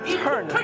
turn